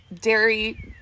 dairy